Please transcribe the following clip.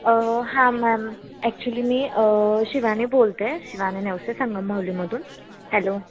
हां ma'am actually मी शिवानी बोलते शिवानी नेवसे संगम माहुलीमधून हॅलो